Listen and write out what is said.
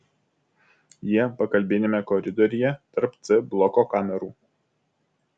jie pagalbiniame koridoriuje tarp c bloko kamerų